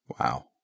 Wow